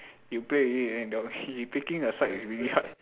you play with me and then you taking a side is really hard